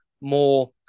more